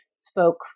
spoke